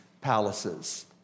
palaces